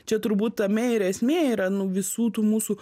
čia turbūt tame ir esmė yra nu visų tų mūsų